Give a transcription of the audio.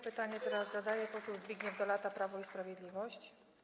Pytanie zadaje poseł Zbigniew Dolata, Prawo i Sprawiedliwość.